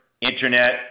internet